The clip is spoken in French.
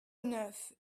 neuf